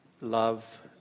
love